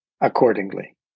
accordingly